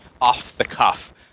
off-the-cuff